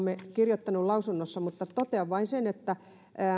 me olemme kirjoittaneet lausunnossa mutta totean vain sen että